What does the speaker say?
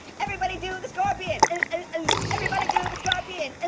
everybody do the scorpion everybody do the scorpion